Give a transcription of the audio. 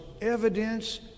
Evidence